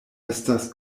estas